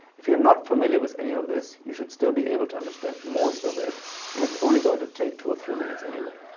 if you're not familiar with any of this, you should still be able to understand most of it and it's only going to take two or three minutes anyway.